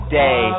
day